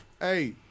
Hey